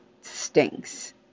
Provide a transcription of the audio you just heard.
stinks